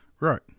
right